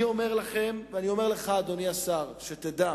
אני אומר לכם, ואני אומר לך, אדוני השר, שתדע: